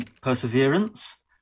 perseverance